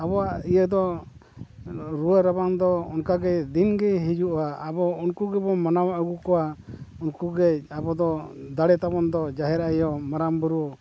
ᱟᱵᱚᱣᱟᱜ ᱤᱭᱟᱹ ᱫᱚ ᱨᱩᱣᱟᱹ ᱨᱟᱵᱟᱝ ᱫᱚ ᱚᱱᱠᱟᱜᱮ ᱫᱤᱱᱜᱮ ᱦᱤᱡᱩᱜᱼᱟ ᱟᱵᱚ ᱩᱱᱠᱩ ᱜᱮᱵᱚᱱ ᱢᱟᱱᱟᱣ ᱟᱹᱜᱩ ᱠᱚᱣᱟ ᱩᱱᱠᱩᱜᱮ ᱟᱵᱚᱫᱚ ᱫᱟᱲᱮ ᱛᱟᱵᱚᱱ ᱫᱚ ᱡᱟᱦᱮᱨ ᱟᱭᱳ ᱢᱟᱨᱟᱝ ᱵᱩᱨᱩ